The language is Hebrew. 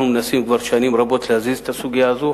אנחנו מנסים כבר שנים רבות להזיז את הסוגיה הזאת.